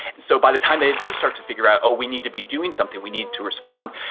so by the time they do start to figure out, oh, we need to be doing something, we need to respond,